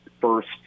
first